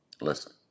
listen